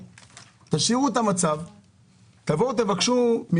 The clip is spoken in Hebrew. תשאירו את המצב ותבקשו כסף,